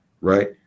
right